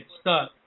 stuck